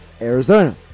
Arizona